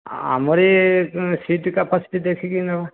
ଆମର ଏଇ seat capacity ଦେଖିକି ନେବା